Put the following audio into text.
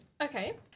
Okay